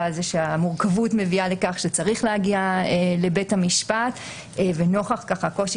שהמורכבות היתה שצריך להגיע לבית המשפט ונוכח הקושי